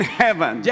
heaven